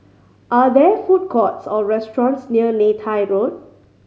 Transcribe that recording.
are there food courts or restaurants near Neythai Road